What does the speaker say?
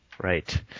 Right